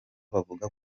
bavuga